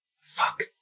Fuck